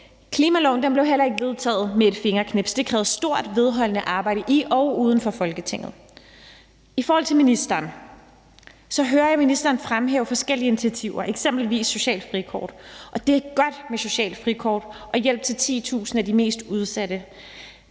Klimaloven blev heller ikke vedtaget med et fingerknips, det krævede stort, vedholdende arbejde i og uden for Folketinget. I forhold til ministeren vil jeg sige, at jeg hører ministeren fremhæve forskellige initiativer, f.eks. socialt frikort, og det er godt med et socialt frikort og hjælp til 10.000 af de mest udsatte.